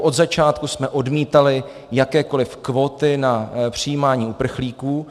Od začátku jsme odmítali jakékoliv kvóty na přijímání uprchlíků.